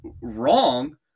wrong